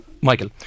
Michael